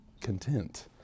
content